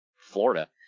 Florida